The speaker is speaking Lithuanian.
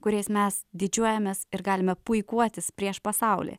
kuriais mes didžiuojamės ir galime puikuotis prieš pasaulį